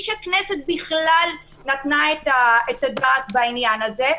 שהכנסת בכלל נתנה את הדעת בעניין הזה,